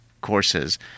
courses